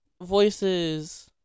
voices